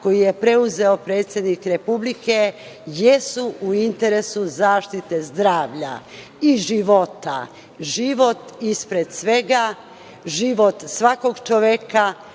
koje je preduzeo predsednik Republike, jesu u interesu zaštite zdravlja i života. Život ispred svega. Život svakog čoveka,